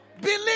Believe